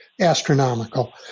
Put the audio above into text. astronomical